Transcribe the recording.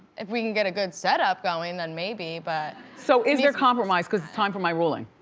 if we can get a good setup going then maybe. but so, is there compromise, cause it's time for my ruling?